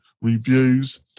reviews